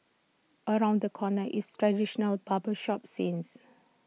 around the corner is traditional barber shop scenes